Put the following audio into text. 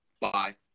bye